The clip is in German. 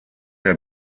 der